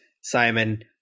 Simon